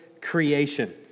creation